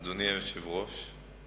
אדוני היושב-ראש,